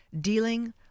dealing